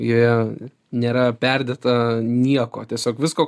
joje nėra perdėta nieko tiesiog visko